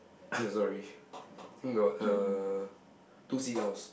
okay sorry got uh two seagulls